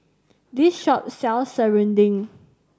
this shop sells serunding